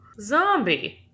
zombie